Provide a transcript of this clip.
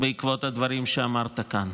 בעקבות הדברים שאמרת כאן.